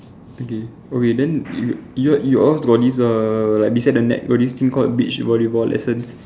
okay okay then your your yours got this err like beside the net got this thing called beach volleyball lessons